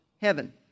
heaven